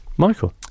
Michael